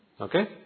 Okay